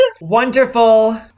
wonderful